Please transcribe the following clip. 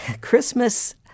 Christmas